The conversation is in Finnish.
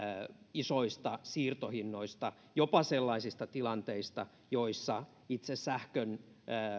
isoista siirtohinnoista jopa sellaisista tilanteista joissa itse sähkön